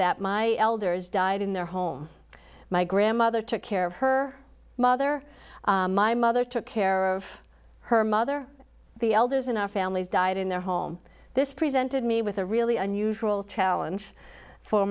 that my elders died in their home my grandmother took care of her mother my mother took care of her mother the elders in our families died in their home this presented me with a really unusual challenge for